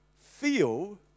feel